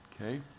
Okay